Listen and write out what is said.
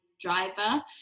driver